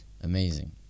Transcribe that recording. Amazing